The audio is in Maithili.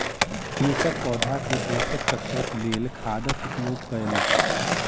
कृषक पौधा के पोषक तत्वक लेल खादक उपयोग कयलक